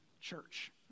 church